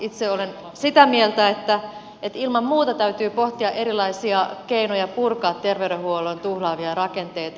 itse olen sitä mieltä että ilman muuta täytyy pohtia erilaisia keinoja purkaa terveydenhuollon tuhlaavia rakenteita